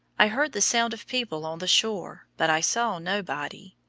i heard the sound of people on the shore, but i saw nobody.